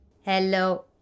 Hello